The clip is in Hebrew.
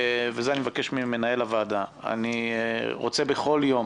ואת זה אני מבקש ממנהל הוועדה: אני רוצה בכל יום